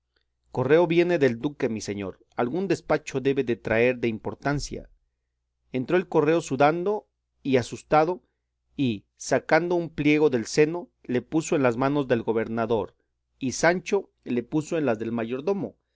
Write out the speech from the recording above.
correo viene del duque mi señor algún despacho debe de traer de importancia entró el correo sudando y asustado y sacando un pliego del seno le puso en las manos del gobernador y sancho le puso en las del mayordomo